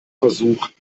versuch